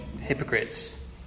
hypocrites